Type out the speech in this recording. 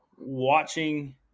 watching